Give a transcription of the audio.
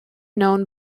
known